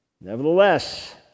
Nevertheless